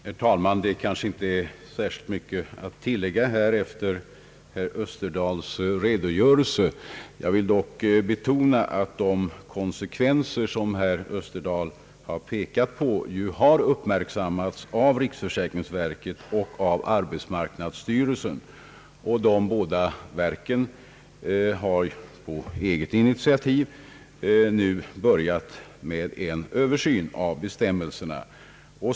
Herr talman! Det kanske inte finns särskilt mycket att tillägga efter den redogörelse herr Österdahl lämnat. Jag vill dock betona att de konsekvenser som herr Österdahl har pekat på har uppmärksammats av riksförsäkringsverket och av arbetsmarknadsstyrelsen, och de båda verken har på eget initiativ nu börjat med en översyn av bestämmelserna.